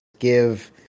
Give